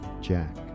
jack